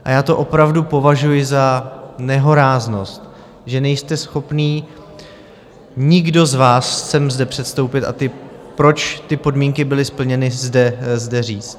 A já to opravdu považuji za nehoráznost, že nejste schopni, nikdo z vás, sem zde předstoupit, a proč ty podmínky byly splněny zde říct.